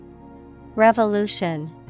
Revolution